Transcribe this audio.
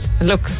Look